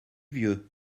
vieux